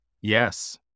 yes